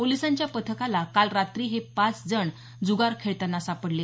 पोलिसांच्या पथकाला काल रात्री हे पाच जण जुगार खेळतांना सापडले